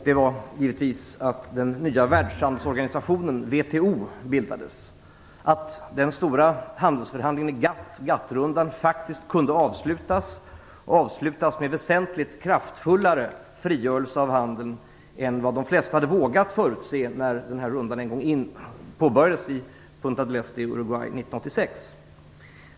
Det var att den nya världshandelsorganisationen, WTO, bildades och att den stora handelsförhandlingen i GATT, GATT-rundan, faktiskt kunde avslutas - och det med en väsentligt kraftfullare frigörelse av handeln än vad de flesta hade vågat förutsäga när rundan en gång påbörjades i Punta del Este i Uruguay 1986.